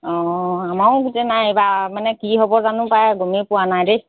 অঁ আমাৰো গোটেই নাই এইবাৰ মানে কি হ'ব জানো পায় গমেই পোৱা নাই দেই